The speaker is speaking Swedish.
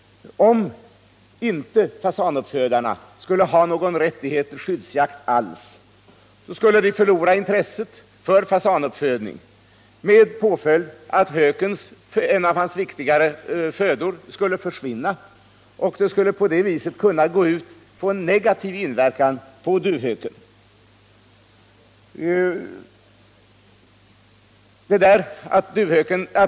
Om inte fasanuppfödarna skulle ha någon rättighet alls till skyddsjakt, så skulle de förlora intresset för fasanuppfödning. Detta skulle få en negativ inverkan för duvhökens del i och med att en av dess viktigaste födor skulle försvinna.